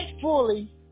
fully